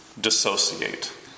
dissociate